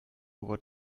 what